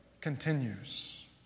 continues